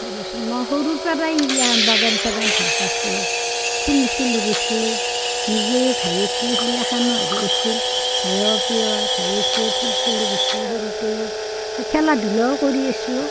মই সৰুৰ পৰাই এইগিলাখান বাগান চাগান ভাল পাইছিলোঁ ফুল চুল ৰুইছিলোঁ নিজেই ঘাই আছিলোঁ এইগিলাখান হেৰি হৈছিল ঘায় পিয় ঘাই আছিলে ফুল চুল ৰুইছিলোঁ সৰুতেও খেলা ধূলাও কৰি আছিলোঁ